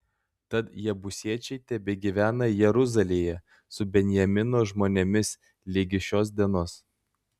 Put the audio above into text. tad jebusiečiai tebegyvena jeruzalėje su benjamino žmonėmis ligi šios dienos